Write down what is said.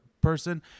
person